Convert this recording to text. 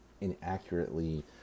inaccurately